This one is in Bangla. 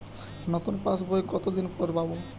নতুন পাশ বই কত দিন পরে পাবো?